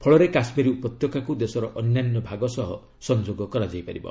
ଫଳରେ କାଶ୍ମୀର ଉପତ୍ୟକାକୁ ଦେଶର ଅନ୍ୟାନ୍ୟ ଭାଗ ସହ ସଂଯୋଗ କରାଯାଇପାରିବ